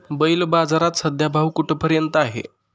बैल बाजारात सध्या भाव कुठपर्यंत आहे?